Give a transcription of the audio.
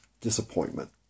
Disappointment